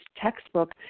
textbook